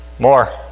more